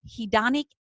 hedonic